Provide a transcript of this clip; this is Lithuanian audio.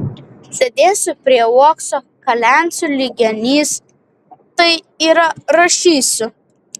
sėdėsiu prie uokso kalensiu lyg genys tai yra rašysiu